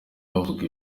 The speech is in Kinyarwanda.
bavuga